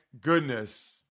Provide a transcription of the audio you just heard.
goodness